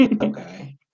Okay